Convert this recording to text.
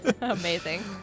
Amazing